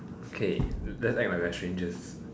okay let's act like we are strangers